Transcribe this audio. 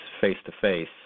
face-to-face